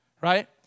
right